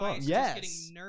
yes